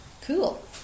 cool